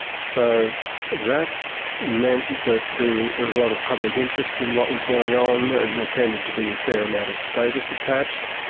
so that meant that there was a lot of public interest in what was going on, and there tended to be a fair amount of status attached.